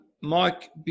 Mike